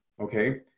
Okay